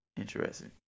Interesting